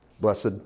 Blessed